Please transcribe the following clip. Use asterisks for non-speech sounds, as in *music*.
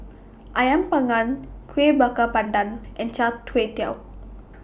*noise* Ayam Panggang Kuih Bakar Pandan and Chai Tuei Tao